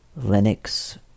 Linux